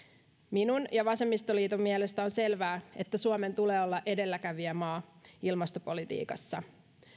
minun ja vasemmistoliiton mielestä on selvää että suomen tulee olla edelläkävijämaa ilmastopolitiikassa